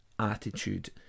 attitude